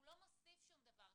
הוא לא מוסיף שום דבר,